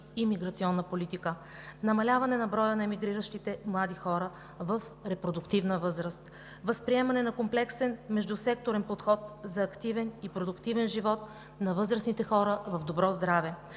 и имиграционна политика; намаляване на броя на емигриращите млади хора в репродуктивна възраст; възприемане на комплексен междусекторен подход за активен и продуктивен живот на възрастните хора в добро здраве;